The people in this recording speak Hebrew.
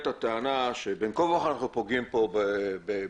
הטענה שבין כה וכה אנחנו פוגעים פה בחופש,